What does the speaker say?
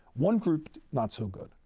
one group, not so good.